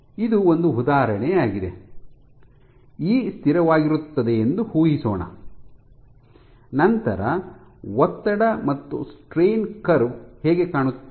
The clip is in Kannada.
ಇದು ಒಂದು ಉದಾಹರಣೆಯಾಗಿದೆ ಇ ಸ್ಥಿರವಾಗಿರುತ್ತದೆ ಎಂದು ಊಹಿಸೋಣ ನಂತರ ಒತ್ತಡ ಮತ್ತು ಸ್ಟ್ರೈನ್ ಕರ್ವ್ ಹೇಗೆ ಕಾಣುತ್ತದೆ